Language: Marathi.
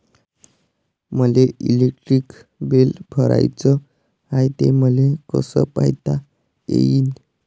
मले इलेक्ट्रिक बिल भराचं हाय, ते मले कस पायता येईन?